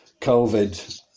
COVID